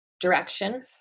direction